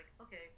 okay